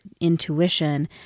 intuition